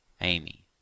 Amy